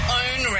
own